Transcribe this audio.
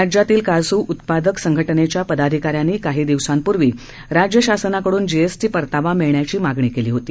राज्यातील काजू उत्पादक संघटनेच्या पदाधिकाऱ्यांनी काही दिवसांपूर्वी राज्य शासनाकडून जीएसटी परतावा मिळण्याची मागणी केली होती